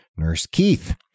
nursekeith